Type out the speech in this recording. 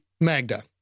Magda